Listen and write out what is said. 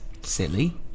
silly